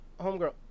Homegirl